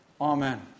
Amen